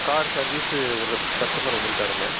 car service விட்றதுக்கு customer வந்திருக்காருங்க